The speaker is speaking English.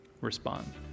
respond